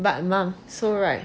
but mum so right